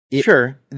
Sure